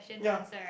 ya